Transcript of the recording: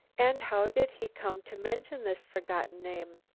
and how did he come to mention this forgotten name.